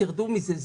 רדו מזה,